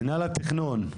מנהל התכנון,